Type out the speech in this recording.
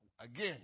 again